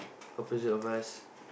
opposite of us